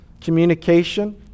communication